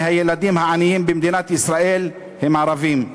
מהילדים העניים במדינת ישראל הם ערבים.